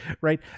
right